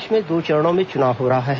प्रदेश में दो चरणों में चुनाव हो रहा है